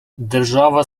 держава